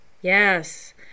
Yes